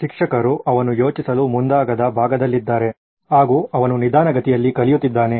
ಶಿಕ್ಷಕರು ಈಗಾಗಲೇ ಅವನು ಯೋಚಿಸಲು ಮುಂದಾಗದ ಭಾಗದಲ್ಲಿದ್ದಾರೆ ಎಂದು ಅವನು ನಿಧಾನಗತಿಯಲ್ಲಿ ಕಲಿಯುತ್ತಿದ್ದಾನೆ